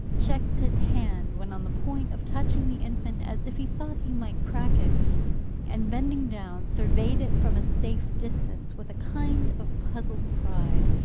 checked his hand when on the point of touching the infant, as if he thought he might crack it and, bending down, surveyed it from a safe distance, with a kind of puzzled pride,